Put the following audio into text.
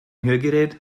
hörgerät